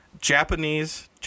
Japanese